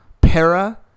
Para